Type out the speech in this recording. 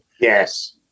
yes